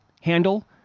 handle